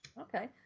Okay